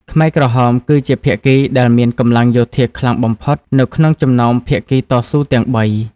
ខ្មែរក្រហមគឺជាភាគីដែលមានកម្លាំងយោធាខ្លាំងបំផុតនៅក្នុងចំណោមភាគីតស៊ូទាំងបី។